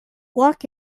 walk